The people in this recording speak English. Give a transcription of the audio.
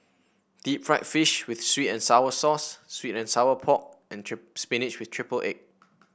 Deep Fried Fish with sweet and sour sauce sweet and Sour Pork and trip spinach with triple egg